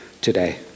today